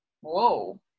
Whoa